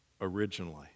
originally